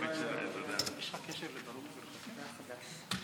בת רבבות התושבים תוך סכנת נפשות,